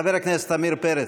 חבר הכנסת עמיר פרץ,